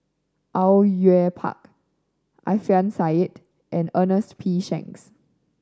Au Yue Pak Alfian Sa'at and Ernest P Shanks